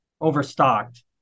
overstocked